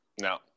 no